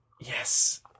Yes